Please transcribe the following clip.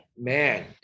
man